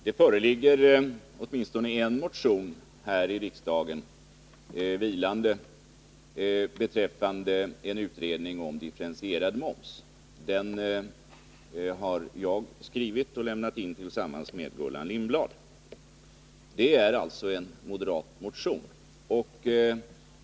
Herr talman! Det finns åtminstone en motion här i riksdagen i år som gäller en utredning om differentierad moms. Den har Gullan Lindblad och jag lämnat in tillsammans. Det är alltså en moderat motion.